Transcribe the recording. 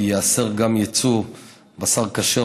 כי ייאסר גם ייצוא בשר כשר,